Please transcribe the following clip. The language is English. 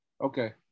Okay